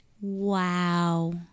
Wow